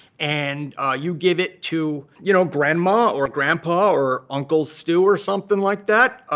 and you give it to you know grandma or grandpa or uncle stu or something like that,